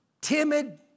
timid